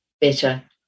better